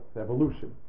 evolution